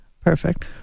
perfect